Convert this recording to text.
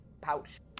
pouch